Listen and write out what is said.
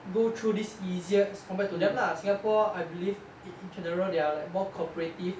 go through this easier as compared to them lah singapore I believe in general there are like more cooperative